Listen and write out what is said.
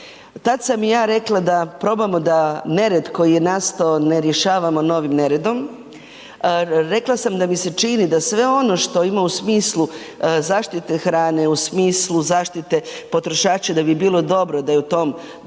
Tad sam ja rekla da probamo da nered koji je nastao ne rješavamo novim neredom, rekla sam da mi se čini da sve ono što ima u smislu zaštite hrane, u smislu zaštite potrošača da bi bilo dobro da je u tom velikom